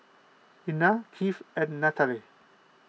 Einar Keith and Nataly